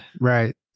right